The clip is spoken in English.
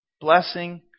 blessing